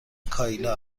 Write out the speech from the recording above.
کایلا